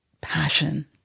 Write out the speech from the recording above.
passion